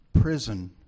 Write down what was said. prison